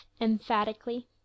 emphatically